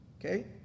Okay